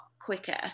quicker